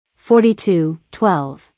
42.12